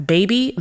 Baby